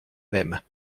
même